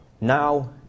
Now